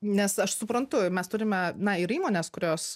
nes aš suprantu mes turime na ir įmonės kurios